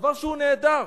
דבר נהדר.